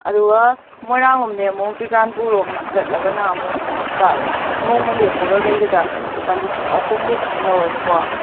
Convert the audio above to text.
ꯑꯗꯨꯒ ꯃꯣꯏꯔꯥꯡ ꯂꯣꯝꯗꯩ ꯑꯃꯧꯛ ꯆꯨꯔꯆꯥꯟꯄꯨꯔ ꯔꯣꯝ ꯆꯠꯂꯒꯅ ꯑꯃꯨꯛ ꯂꯨꯄꯥ ꯅꯣꯡꯃ ꯂꯦꯛꯄꯒ ꯀꯩꯒꯗ ꯂꯨꯄꯥ ꯂꯤꯁꯤꯡ ꯑꯍꯨꯝꯃꯨꯛ ꯑꯃ ꯂꯧꯔꯅꯤꯀꯣ